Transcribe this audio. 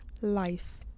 life